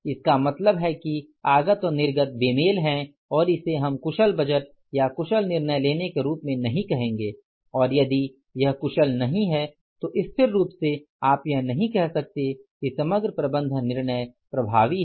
इसका मतलब है कि आगत और निर्गत बेमेल है और इसे हम कुशल बजट या कुशल निर्णय लेने के रूप में नहीं कहेंगे और यदि यह कुशल नहीं है तो स्थिर रूप से आप यह नहीं कह सकते कि समग्र प्रबंधन निर्णय प्रभावी है